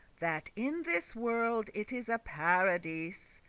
that in this world it is a paradise.